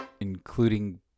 including